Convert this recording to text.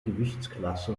gewichtsklasse